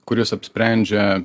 kuris apsprendžia